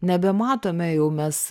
nebematome jau mes